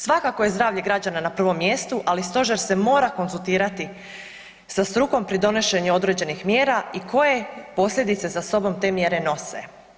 Svakako je zdravlje građana na prvom mjestu, ali stožer se mora konzultirati sa strukom pri donošenju određenih mjera i koje posljedice za sobom te mjere nose.